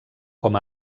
com